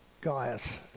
Gaius